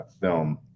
film